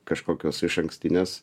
kažkokios išankstinės